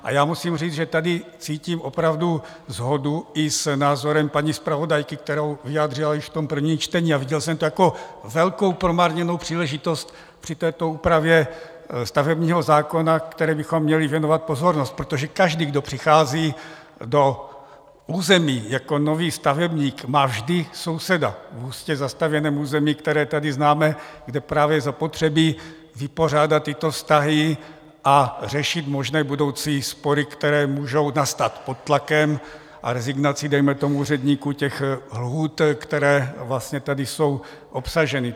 A já musím říct, že tady cítím opravdu shodu i s názorem paní zpravodajky, který vyjádřila již v tom prvním čtení, a viděl jsem to jako velkou promarněnou příležitost při této úpravě stavebního zákona, které bychom měli věnovat pozornost, protože každý, kdo přichází do území jako nový stavebník, má vždy souseda v hustě zastavěném území, které tady známe, kde je právě zapotřebí vypořádat tyto vztahy a řešit možné budoucí spory, které můžou nastat pod tlakem rezignací dejme tomu úředníků a lhůt, které tady jsou obsaženy.